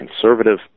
conservative